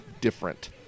different